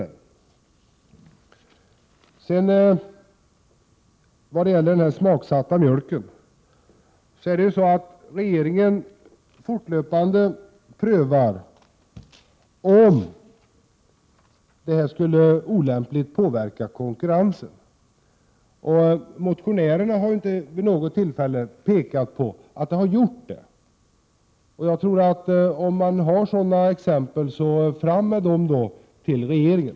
När det gäller den smaksatta mjölken vill jag säga att regeringen fortlöpande prövar om reglerna på detta område olämpligt påverkar konkurrensen. Motionärerna har inte vid något tillfälle kunnat visa att så är fallet. Om ni har sådana exempel, så fram med dem då till regeringen!